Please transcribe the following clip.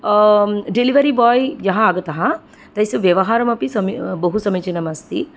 delivery boy यः आगतः तस्य व्यवहारम् अपि समि बहुसमीचिनम् अस्ति